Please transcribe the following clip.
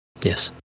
Yes